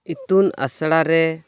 ᱤᱛᱩᱱ ᱟᱥᱲᱟᱨᱮ